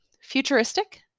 Futuristic